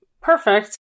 perfect